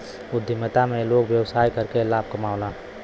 उद्यमिता में लोग व्यवसाय करके लाभ कमावलन